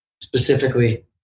Specifically